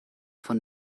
von